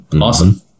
awesome